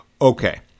Okay